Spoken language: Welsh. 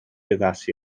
addasu